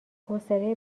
حوصله